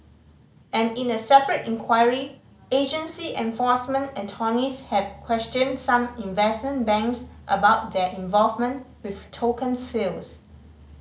and in a separate inquiry agency enforcement attorneys have questioned some investment banks about their involvement with token sales